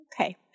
Okay